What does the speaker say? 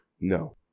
No